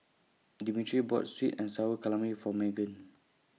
Dimitri bought Sweet and Sour For Meghan